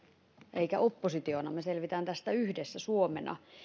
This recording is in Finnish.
emmekä oppositiona me selviämme tästä yhdessä suomena